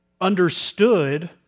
understood